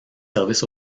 services